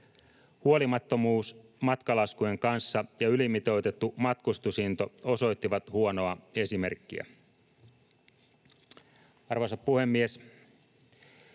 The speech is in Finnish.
Huolimattomuus matkalaskujen kanssa ja ylimitoitettu matkustusinto osoittivat huonoa esimerkkiä. Arvoisa puhemies!